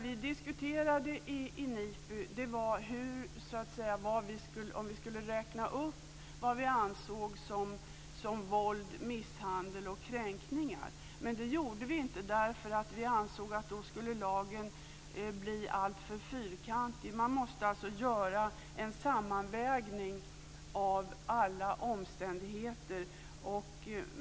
Vi diskuterade i NIPU om vi skulle räkna upp vad vi ansåg som våld, misshandel och kränkningar. Men vi gjorde inte det eftersom vi ansåg att lagen skulle bli alltför fyrkantig. Man måste göra en sammanvägning av alla omständigheter.